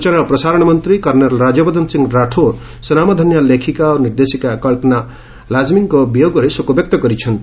ସ୍ବଚନା ଓ ପ୍ରସାରଣ ମନ୍ତ୍ରୀ କର୍ଷେଲ ରାଜ୍ୟବର୍ଦ୍ଧନ ରାଥୋଡ୍ ସ୍ୱନାମଧନ୍ୟା ଲେଖିକା ଓ ନିର୍ଦ୍ଦେଶିକା କ୍ସନା ରାଜ୍ମୀଙ୍କ ବିୟୋଗରେ ଶୋକ ବ୍ୟକ୍ତ କରିଛନ୍ତି